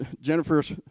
Jennifer's